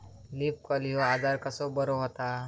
Leaf curl ह्यो आजार कसो बरो व्हता?